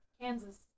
Kansas